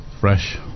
fresh